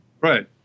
right